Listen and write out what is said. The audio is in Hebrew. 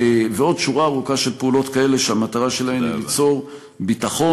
ועוד שורה ארוכה של פעולות כאלה שהמטרה שלהן ליצור ביטחון,